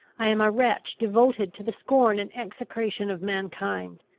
i am a wretch devoted to the scorn and execration of mankind!